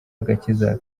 agakiza